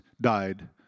died